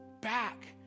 back